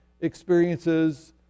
experiences